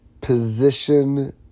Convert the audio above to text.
position